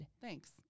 Thanks